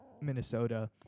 minnesota